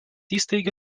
įsteigė